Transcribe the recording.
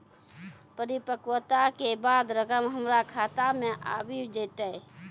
परिपक्वता के बाद रकम हमरा खाता मे आबी जेतै?